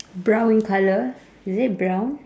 brown in colour is it brown